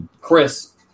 Chris